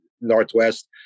northwest